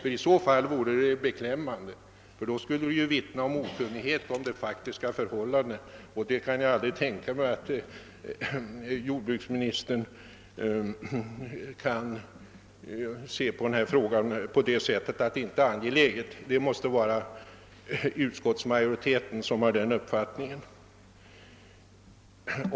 I annat fall vore det beklämmande eftersom det skulle vittna om okunnighet om det faktiska förhållandet. Jag kan som sagt inte tänka mig att jordbruksministern anser spörsmålet oviktigt; det måste vara utskottsmajoriteten som hyser den uppfattningen.